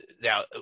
now